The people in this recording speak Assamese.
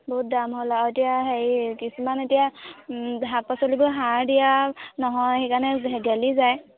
বহুত দাম হ'ল আৰু এতিয়া হেৰি কিছুমান এতিয়া শাক পাচলিবোৰ সাৰ দিয়া নহয় সেইকাৰণে গেলি যায়